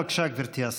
בבקשה, גברתי השרה.